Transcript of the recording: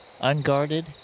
unguarded